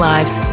Lives